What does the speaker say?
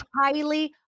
highly